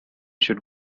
should